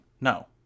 No